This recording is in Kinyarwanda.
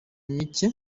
mike